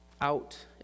out